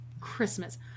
Christmas